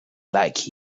like